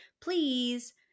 please